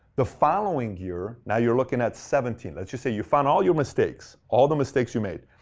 the following year, now you're looking at seventeen, let's just say you found all your mistakes, all the mistakes you made.